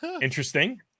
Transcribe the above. Interesting